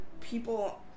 people